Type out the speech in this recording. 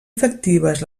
efectives